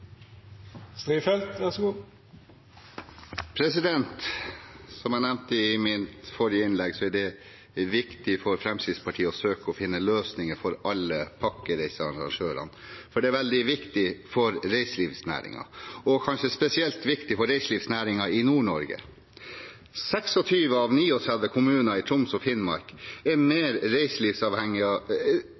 det viktig for Fremskrittspartiet å søke å finne løsninger for alle pakkereisearrangørene. Det er veldig viktig for reiselivsnæringen, og kanskje spesielt viktig for reiselivsnæringen i Nord-Norge. 26 av 39 kommuner i Troms og Finnmark er mer avhengig av